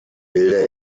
bilder